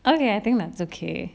okay I think that's okay